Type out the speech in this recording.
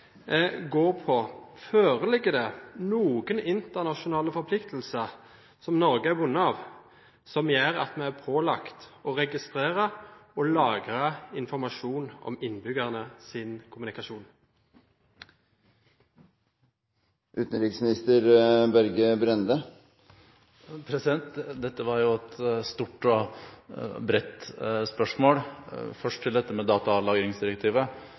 det noen internasjonale forpliktelser som Norge er bundet av, som gjør at vi er pålagt å registrere og lagre informasjon om innbyggernes kommunikasjon? Dette var jo et stort og bredt spørsmål. Først til dette med datalagringsdirektivet: